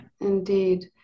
indeed